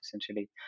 essentially